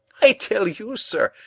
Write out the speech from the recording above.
i tell you, sir,